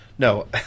No